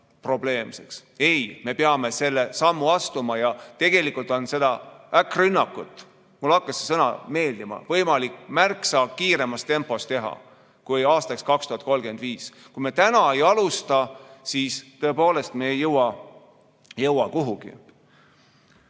Ei, me peame selle sammu astuma ja tegelikult on seda äkkrünnakut – mulle hakkas see sõna meeldima – võimalik märksa kiiremas tempos teha kui aastaks 2035. Kui me täna ei alusta, siis tõepoolest me ei jõua kuhugi.